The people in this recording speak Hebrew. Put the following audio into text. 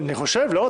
אני חושב, לא?